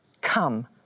Come